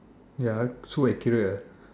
ya so accurate ah